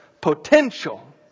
potential